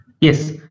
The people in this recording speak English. Yes